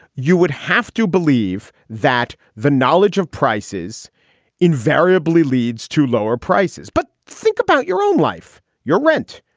you would have to believe that the knowledge of prices invariably leads to lower prices but think about your own life, your rent,